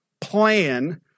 plan